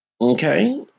Okay